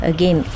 Again